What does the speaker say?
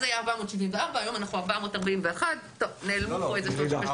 אז היה 474 והיום יש שם 441. נעלמו פה איזה 33 מיליון שקל.